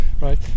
right